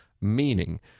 meaning